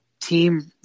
team